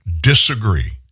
disagree